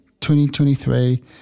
2023